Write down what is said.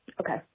Okay